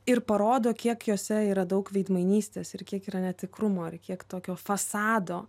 ir parodo kiek jose yra daug veidmainystės ir kiek yra netikrumo ir kiek tokio fasado